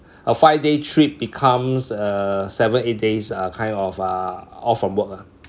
a five day trip becomes uh seven eight days uh kind of uh off from work lah